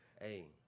hey